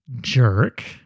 jerk